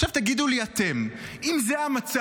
עכשיו תגידו לי אתם: אם זה המצב,